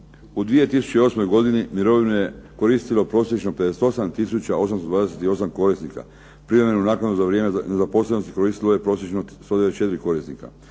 U 2008. godini mirovine je koristilo prosječno 58 tisuća 828 korisnika. Privremenu naknadu za vrijeme nezaposlenosti koristilo je prosječno 194 korisnika.